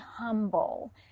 humble